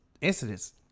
incidents